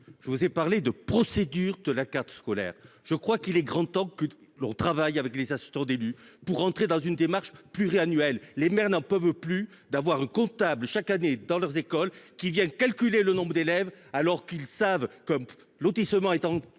Je vous ai parlé de procédure de la carte scolaire, je crois qu'il est grand temps que l'on travaille avec les assistants d'élus pour rentrer dans une démarche pluriannuelle les maires n'en peuvent plus d'avoir un comptable chaque année dans leurs écoles qui viennent calculer le nombre d'élèves alors qu'ils savent comme lotissement est en cours